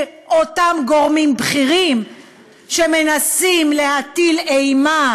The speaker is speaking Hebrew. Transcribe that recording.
אותם גורמים בכירים שמנסים להטיל אימה